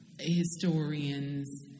Historians